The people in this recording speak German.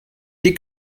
dick